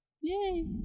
Yay